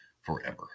forever